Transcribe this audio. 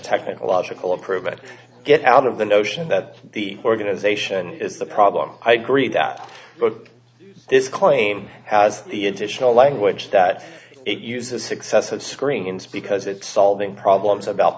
technological improvement get out of the notion that the organization is the problem i agree that but this claim has the additional language that it uses successive screens because it solving problems about